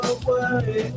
away